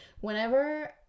whenever